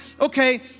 okay